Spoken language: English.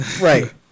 Right